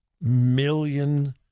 million